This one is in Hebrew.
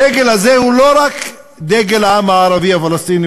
הדגל הזה הוא לא רק דגל העם הערבי הפלסטיני,